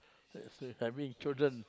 uh s~ I mean children